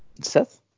seth